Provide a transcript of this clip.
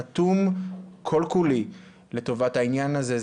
רתום כל כולי לטובת העניין הזה.